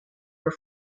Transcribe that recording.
your